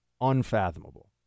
unfathomable